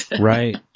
Right